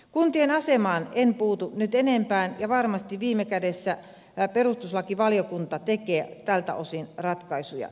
kuntien asemaan en puutu nyt enempää ja varmasti viime kädessä perustuslakivaliokunta tekee tältä osin ratkaisuja